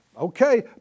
okay